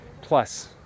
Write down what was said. plus